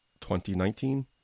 2019